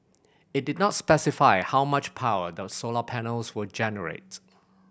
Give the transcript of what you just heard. it did not specify how much power the solar panels will generates